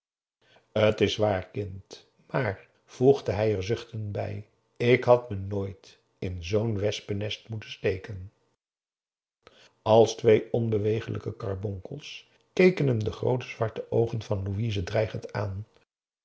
t is waar kind maar voegde hij er zuchtend bij ik had me nooit in zoo'n wespennest moeten steken als twee onbeweeglijke karbonkels keken hem de groote zwarte oogen van louise dreigend aan